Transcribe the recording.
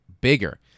bigger